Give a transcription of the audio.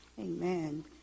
Amen